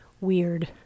weird